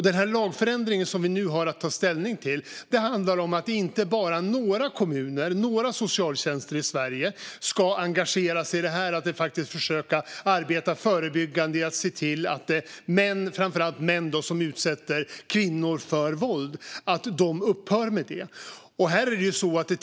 Den lagförändring som vi nu har att ta ställning till handlar om att inte bara några kommuner och några socialtjänster i Sverige utan alla ska engagera sig i att försöka arbeta förebyggande och se till att män - det gäller framför allt män - som utsätter kvinnor för våld upphör med det.